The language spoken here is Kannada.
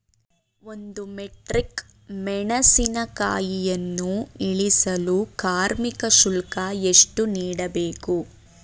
ಒಂದು ಮೆಟ್ರಿಕ್ ಮೆಣಸಿನಕಾಯಿಯನ್ನು ಇಳಿಸಲು ಕಾರ್ಮಿಕ ಶುಲ್ಕ ಎಷ್ಟು ನೀಡಬೇಕು?